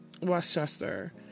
Westchester